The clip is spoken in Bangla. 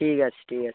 ঠিক আছে ঠিক আছে